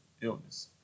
illness